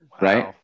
Right